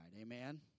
Amen